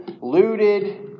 looted